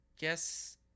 guess